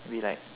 we like